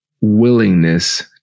willingness